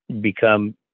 become